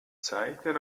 zeichner